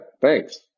thanks